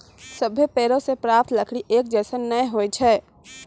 सभ्भे पेड़ों सें प्राप्त लकड़ी एक जैसन नै होय छै